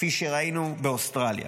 כפי שראינו באוסטרליה.